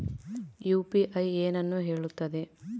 UPI ಏನನ್ನು ಹೇಳುತ್ತದೆ?